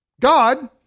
God